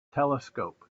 telescope